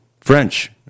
French